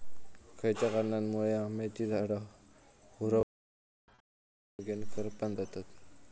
खयच्या कारणांमुळे आम्याची झाडा होरपळतत आणि मगेन करपान जातत?